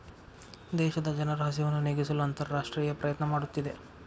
ದೇಶದ ಜನರ ಹಸಿವನ್ನು ನೇಗಿಸಲು ಅಂತರರಾಷ್ಟ್ರೇಯ ಪ್ರಯತ್ನ ಮಾಡುತ್ತಿದೆ